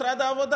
משרד העבודה.